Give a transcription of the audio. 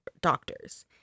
doctors